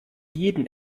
jeden